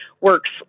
works